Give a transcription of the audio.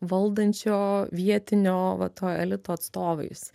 valdančio vietinio va to elito atstovais